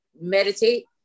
meditate